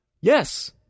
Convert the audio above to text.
Yes